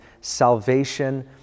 salvation